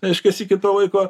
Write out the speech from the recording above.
reiškias iki to laiko